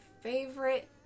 favorite